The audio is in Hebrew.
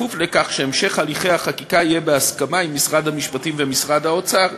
בכפוף לכך שהמשך הליכי החקיקה יהיה בהסכמה עם משרד המשפטים ומשרד האוצר.